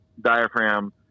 diaphragm